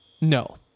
No